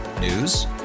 News